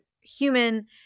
human